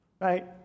Right